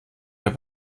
der